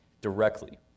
directly